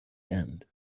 end